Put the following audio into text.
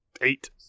eight